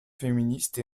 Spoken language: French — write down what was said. féministe